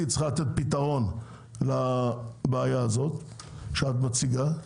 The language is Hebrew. צריכה לתת פתרון לבעיה הזאת שאת מציגה,